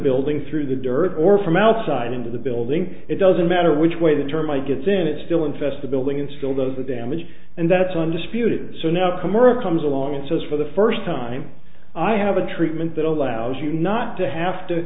building through the dirt or from outside into the building it doesn't matter which way the termite gets in it still infest the building and still goes the damage and that's undisputed so no camera comes along and says for the first time i have a treatment that allows you not to have to